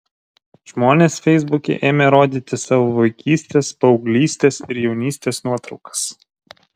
žmonės feisbuke ėmė rodyti savo vaikystės paauglystės ir jaunystės nuotraukas